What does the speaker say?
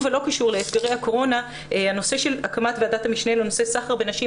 בנושא הקמת ועדת המשנה לנושא סחר בנשים,